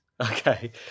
Okay